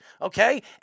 Okay